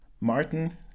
Martin